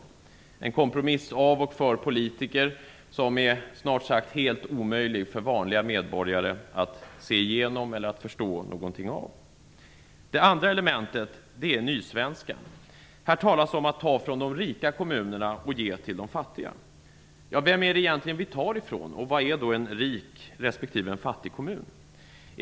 Det är en kompromiss av och för politiker som är snart sagt helt omöjlig för vanliga medborgare att se igenom eller att förstå någonting av. Det andra elementet är nysvenskan. Här talas det om att ta från de rika kommunerna och ge till de fattiga. Men vem är det vi egentligen tar från, och vad är en rik respektive en fattig kommun?